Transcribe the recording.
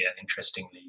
interestingly